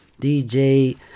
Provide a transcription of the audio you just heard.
DJ